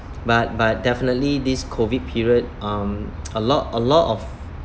but but definitely this COVID period um a lot a lot of